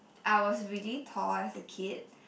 I was really tall as a kid